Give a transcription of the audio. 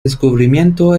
descubrimiento